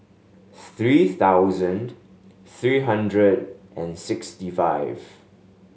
three thousand three hundred and sixty five